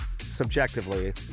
subjectively